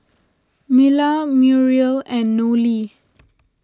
Mila Muriel and Nolie